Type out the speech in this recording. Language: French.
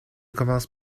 commence